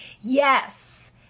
Yes